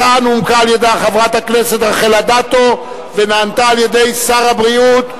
ההצעה נומקה על-ידי חברת הכנסת רחל אדטו ונענתה על-ידי שר הבריאות,